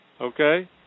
okay